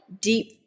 deep